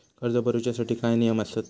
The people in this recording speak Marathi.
कर्ज भरूच्या साठी काय नियम आसत?